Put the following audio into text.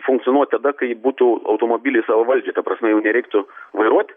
funkcionuoti tada kai butų automobiliai savavaldžiai ta prasme jų nereiktų vairuot